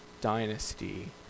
dynasty